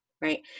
Right